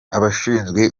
abashinzwe